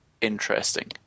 interesting